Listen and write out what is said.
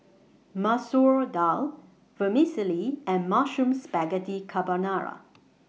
Masoor Dal Vermicelli and Mushroom Spaghetti Carbonara